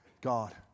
God